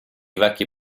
vecchi